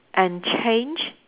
and change